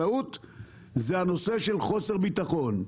זה הנושא של חוסר ביטחון.